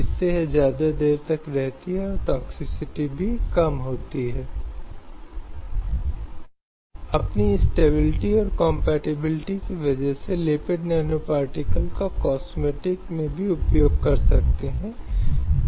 अब ये अधिकार जैसा कि हमने कहा कि लागू करने योग्य हैं और इस संबंध में एक महत्वपूर्ण प्रासंगिक लेख अनुच्छेद 32 है जो संवैधानिक उपचार के अधिकार की बात करता है